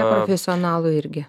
neprofesionalų irgi